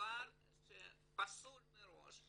דבר שהוא פסול מראש.